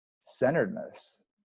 centeredness